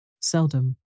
seldom